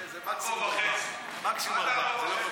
מקסימום ארבעה.